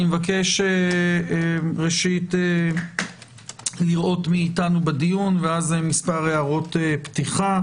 אני מבקש ראשית לראות מי אתנו ובדיון ואז מספר הערות פתיחה.